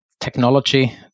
technology